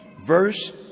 verse